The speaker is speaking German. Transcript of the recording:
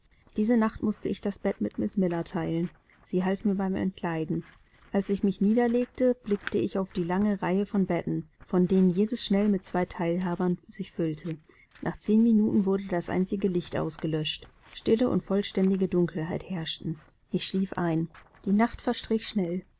diese nacht mußte ich das bett mit miß miller teilen sie half mir beim entkleiden als ich mich niederlegte blickte ich auf die lange reihe von betten von denen jedes schnell mit zwei teilhabern sich füllte nach zehn minuten wurde das einzige licht ausgelöscht stille und vollständige dunkelheit herrschten ich schlief ein die nacht verstrich schnell